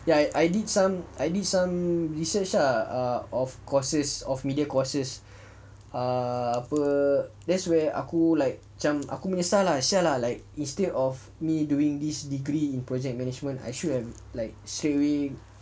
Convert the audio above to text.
ya I I did some I did some research ah o~ of courses of media courses ah apa that's where aku like macam aku menyesal lah !siala! like instead of me doing this degree in project management I should have like straightaway